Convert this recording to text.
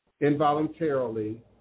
involuntarily